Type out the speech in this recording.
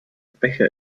becher